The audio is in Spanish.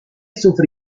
sufre